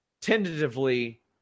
tentatively